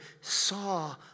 saw